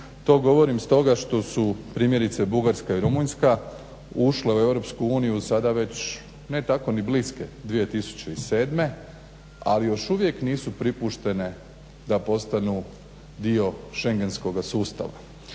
To govorim stoga što su primjerice Bugarska i Rumunjska ušle u EU sada već ne tako ni bliske 2007., ali još uvije nisu pripuštene da postanu dio šengenskog sustava.